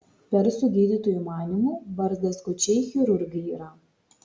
persų gydytojų manymu barzdaskučiai chirurgai yra